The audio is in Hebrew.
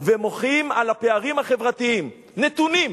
ומוחים על הפערים החברתיים, נתונים,